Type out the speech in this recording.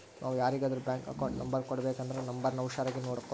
ನಾವು ಯಾರಿಗಾದ್ರೂ bank account number ಕೊಡಬೇಕಂದ್ರ ನೋಂಬರ್ನ ಹುಷಾರಾಗಿ ನೋಡ್ಬೇಕು